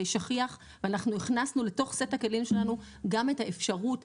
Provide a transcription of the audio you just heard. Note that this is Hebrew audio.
שכיח ואנחנו הכנסנו לתוך סט הכלים שלנו גם את האפשרות